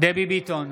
דבי ביטון,